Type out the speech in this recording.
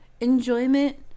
Enjoyment